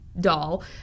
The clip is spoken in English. doll